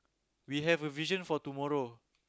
we have a vision for tomorrow